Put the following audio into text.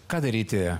ką daryti